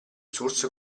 source